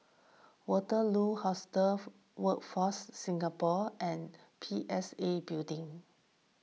Waterloo Hostel Workforce Singapore and P S A Building